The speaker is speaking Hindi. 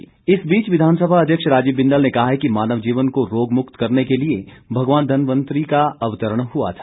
बिंदल इस बीच विधानसभा अध्यक्ष राजीव बिंदल ने कहा कि मानव जीवन को रोग मुक्त करने के लिए भगवान धन्वंतरि का अवतरण हुआ था